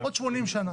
עוד 80 שנה.